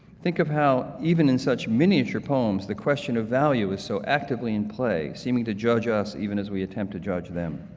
think of how, even in such miniature poems the question of value is so actively in playm seeming to judge us even as we attempt to judge them,